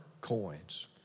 coins